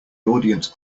audience